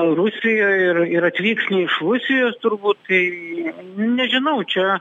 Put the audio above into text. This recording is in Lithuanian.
rusijoj ir ir atvyks nei iš rusijos turbūt tai nežinau čia